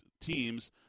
teams